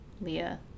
leah